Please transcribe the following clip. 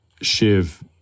Shiv